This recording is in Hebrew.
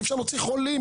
אי אפשר להוציא חולים,